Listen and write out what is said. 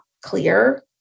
clear